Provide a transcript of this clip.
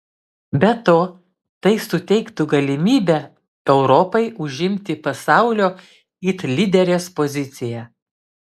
be to tai suteiktų galimybę europai užimti pasaulio it lyderės poziciją